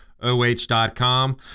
OH.com